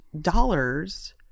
dollars